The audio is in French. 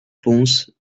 pons